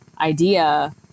idea